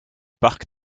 parc